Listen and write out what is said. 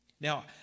Now